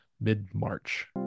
mid-march